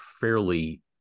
fairly